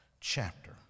chapter